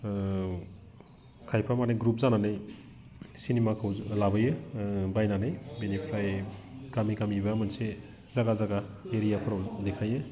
खायफा माने ग्रुप जानानै सिनेमाखौ लाबोयो बायनानै बिनिफ्राय गामि गामि बा मोनसे जायगा जायगा एरियाफोराव देखायो